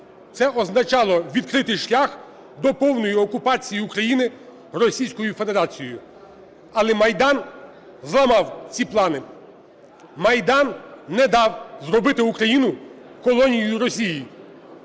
це означало відкритий шлях до повної окупації України Російською Федерацією. Але Майдан зламав ці плани, Майдан не дав зробити Україну колонією Росії,